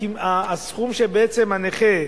הסכום שהנכה,